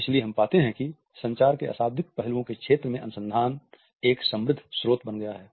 इसलिए हम पाते हैं कि संचार के अशाब्दिक पहलुओं के क्षेत्र में अनुसंधान एक समृद्ध स्रोत बन गया है